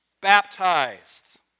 baptized